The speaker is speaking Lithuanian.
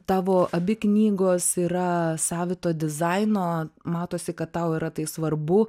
tavo abi knygos yra savito dizaino matosi kad tau yra tai svarbu